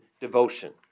devotion